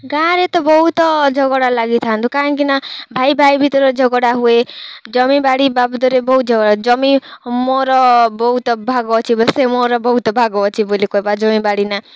ଗାଁରେ ତ ବହୁତ ଝଗଡ଼ା ଲାଗିଥାଆନ୍ତୁ କାହିଁକିନା ଭାଇ ଭାଇ ଭିତରେ ଝଗଡ଼ା ହୁଏ ଜମିବାଡ଼ି ବାବଦରେ ବହୁତ ଝଗଡ଼ା ଜମି ହଁ ମୋର ବହୁତ ଭାଗ ଅଛି ବୋଲି ସେ ମୋର ବହୁତ ଭାଗ ଅଛି ବୋଲି କହିବା ଜମି ବାଡ଼ି ନାଁ